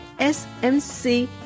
SMC